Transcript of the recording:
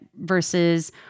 versus